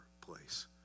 place